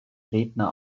redner